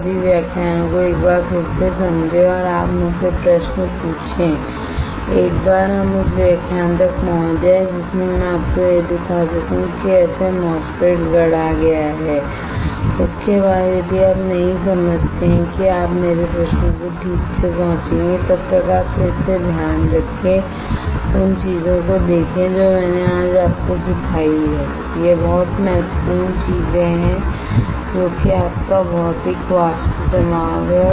सभी व्याख्यानों को एक बार फिर से समझें और आप मुझसे प्रश्न पूछें एक बार हम उस व्याख्यान तक पहुँच जाएँ जिसमें मैं आपको यह दिखा सकूँ कि कैसे MOSFET गढ़ा गया है उसके बाद यदि आप नहीं समझते हैं कि आप मेरे प्रश्नों को ठीक से पूछेंगे तब तक आप फिर से ध्यान रखें उन चीज़ों को देखें जो मैंने आज आपको सिखाई हैं यह बहुत महत्वपूर्ण चीजें हैं जो कि आपका भौतिक वाष्प जमाव है